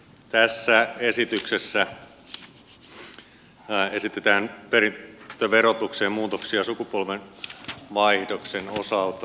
tässä esityksessä esitetään perintöverotukseen muutoksia sukupolvenvaihdoksen osalta